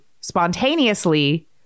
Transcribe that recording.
spontaneously